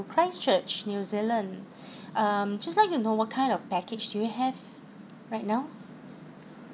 christchurch new zealand um just like to know what kind of package do you have right now